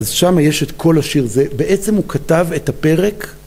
אז שם יש את כל השיר, זה, בעצם הוא כתב את הפרק.